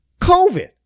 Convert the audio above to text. COVID